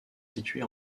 situés